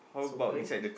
is open